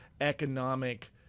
economic